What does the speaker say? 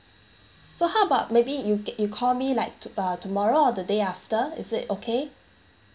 so how about maybe you get you call me like to uh tomorrow or the day after is it okay